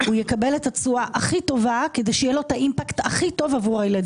הוא יקבל את התשובה הכי טובה כדי שיהיה לו האימפקט הכי טוב עבור הילדים.